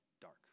dark